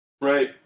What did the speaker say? Right